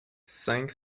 cinq